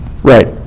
Right